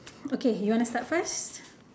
okay you want to start first